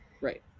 Right